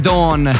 Dawn